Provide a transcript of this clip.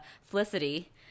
Felicity